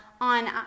on